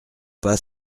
pas